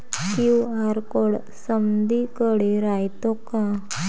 QR code समदीकडे रायतो का?